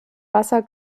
wasser